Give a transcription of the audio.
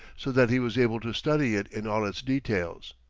so that he was able to study it in all its details.